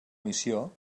missió